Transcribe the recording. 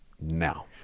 now